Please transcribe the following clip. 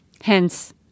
Hence